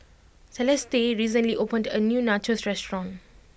Celeste recently opened a new Nachos restaurant